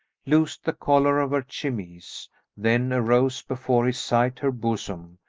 loosed the collar of her chemise then arose before his sight her bosom,